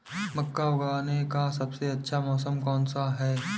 मक्का उगाने का सबसे अच्छा मौसम कौनसा है?